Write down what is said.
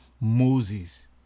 Moses